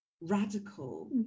radical